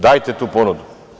Dajte tu ponudu.